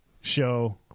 show